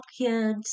kids